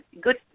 good